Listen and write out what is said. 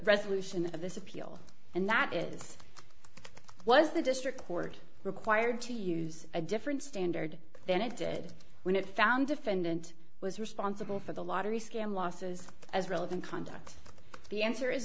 resolution of this appeal and that is was the district court required to use a different standard than it did when it found defendant was responsible for the lottery scam losses as relevant conduct the answer is